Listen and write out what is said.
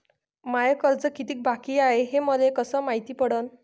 माय कर्ज कितीक बाकी हाय, हे मले कस मायती पडन?